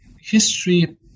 history